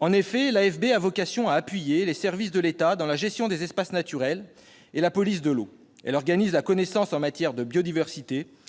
En effet, l'AFB a vocation à appuyer les services de l'État dans la gestion des espaces naturels et la police de l'eau. Elle organise la connaissance en matière de biodiversité,